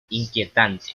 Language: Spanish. inquietante